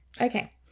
Okay